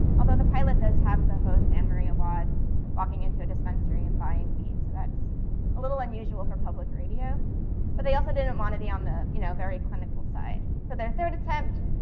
although the pilot does have the host and marie awadh walking into a dispensary and buying weed so that's a little unusual for public radio but they also didn't want to be on the you know very clinical side. so their third attempt,